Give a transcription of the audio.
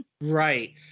right